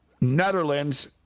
Netherlands